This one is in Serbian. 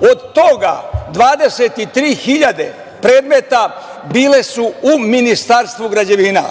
Od toga 23.000 predmeta bila su u Ministarstvu građevine,